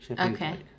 Okay